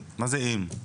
מה זה אם?